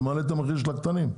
זה מעלה את המחיר של הקטנים.